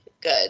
good